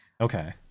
Okay